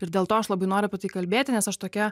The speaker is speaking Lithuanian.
ir dėl to aš labai noriu apie tai kalbėti nes aš tokia